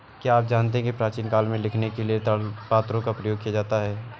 क्या आप जानते है प्राचीन काल में लिखने के लिए ताड़पत्रों का प्रयोग किया जाता था?